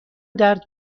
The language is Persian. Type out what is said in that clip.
درد